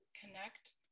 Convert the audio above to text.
connect